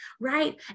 right